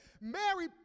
Mary